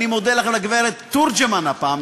אני מודה לגברת תורג'מן הפעם,